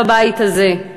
בבית הזה.